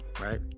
right